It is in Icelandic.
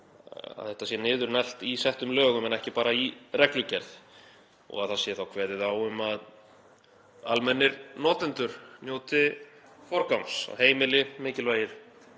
að þetta sé niðurneglt í settum lögum en ekki bara í reglugerð og að það sé þá kveðið á um að almennir notendur njóti forgangs, að heimili, mikilvægir